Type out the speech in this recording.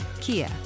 Kia